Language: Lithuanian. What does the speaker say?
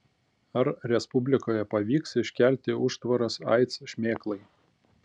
ar respublikoje pavyks iškelti užtvaras aids šmėklai